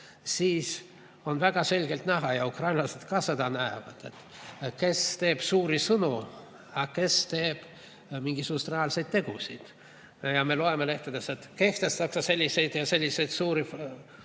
siis on väga selgelt näha, ja ukrainlased ka seda näevad, kes teeb suuri sõnu ja kes teeb mingisuguseid reaalseid tegusid.Me loeme lehtedest, et kehtestatakse selliseid ja selliseid suuri